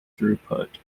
throughput